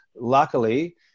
luckily